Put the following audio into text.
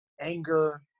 anger